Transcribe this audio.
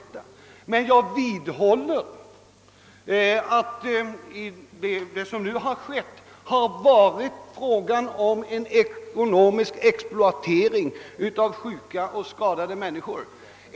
Beträffande den senaste tidens helbrägdagörelse vidhåller jag dock att det varit fråga om en ekonomisk exploatering av sjuka och skadade människor.